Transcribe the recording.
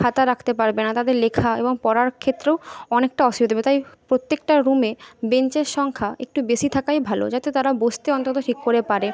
খাতা রাখতে পারবে না তাদের লেখা এবং পড়ার ক্ষেত্রেও অনেকটা অসুবিধে হবে তাই প্রত্যেকটা রুমে বেঞ্চের সংখ্যা একটু বেশি থাকাই ভালো যাতে তারা বসতে অন্তত ঠিক করে পারে